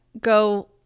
go